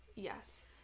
Yes